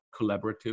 collaborative